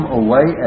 away